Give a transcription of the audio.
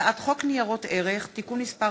הצעת חוק ניירות ערך (תיקון מס'